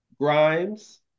Grimes